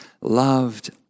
loved